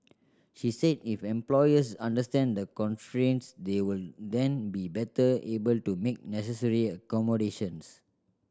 she said if employers understand the constraints they will then be better able to make necessary accommodations